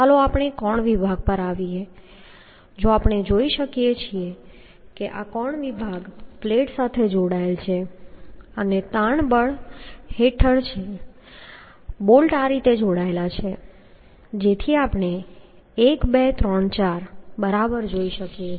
ચાલો આપણે કોણ વિભાગ પર આવીએ જો આપણે જોઈ શકીએ કે આ કોણ વિભાગ પ્લેટ સાથે જોડાયેલ છે અને તાણ બળ હેઠળ અને બોલ્ટ આ રીતે જોડાયેલા છે જેથી આપણે 1 2 3 4 બરાબર જોઈ શકીએ